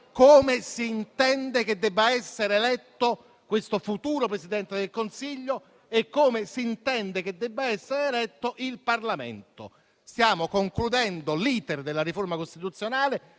come si intende che debba essere eletto questo futuro Presidente del Consiglio e come si intende che debba essere eletto il Parlamento. Stiamo concludendo l'*iter* della riforma costituzionale